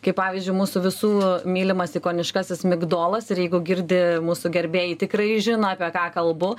kaip pavyzdžiui mūsų visų mylimas ikoniškasis migdolas ir jeigu girdi mūsų gerbėjai tikrai žino apie ką kalbu